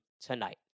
tonight